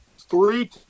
three